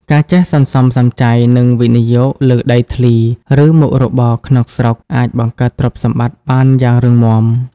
ការចេះសន្សំសំចៃ និងវិនិយោគលើដីធ្លី ឬមុខរបរក្នុងស្រុក អាចបង្កើតទ្រព្យសម្បត្តិបានយ៉ាងរឹងមាំ។